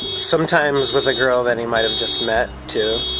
sometimes with a girl that he might have just met, too.